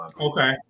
Okay